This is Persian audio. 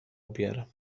بیارم